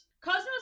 Cosmos